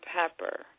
pepper